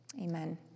Amen